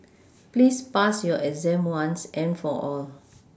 please pass your exam once and for all